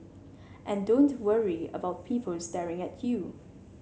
and don't worry about people staring at you